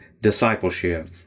discipleship